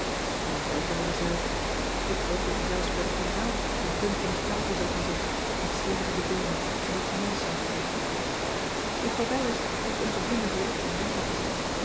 pien is overal dezelfde ik geloof dat die zelfs bij de generaal op een punt van de tafel zou gaan zitten met slingerende beenen en iets mals zou roepen juffrouw wijers heeft onze bloemen direct in water gezet